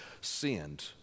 sinned